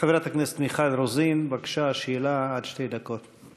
חברת הכנסת מיכל רוזין, בבקשה, שאלה, עד שתי דקות.